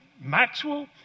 Maxwell